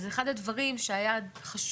נרענן את הזיכרון של כולנו.